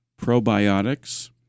probiotics